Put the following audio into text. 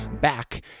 back